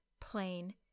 Plain